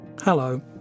Hello